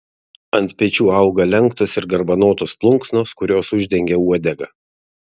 ant pečių auga lenktos ir garbanotos plunksnos kurios uždengia uodegą